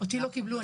אותי לא קיבלו.